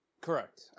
Correct